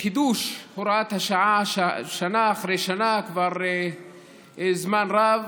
חידוש הוראת השעה, שנה אחרי שנה, כבר זמן רב,